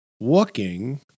walking